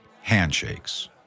handshakes